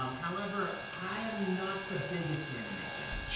um however, i am not the biggest anime fan.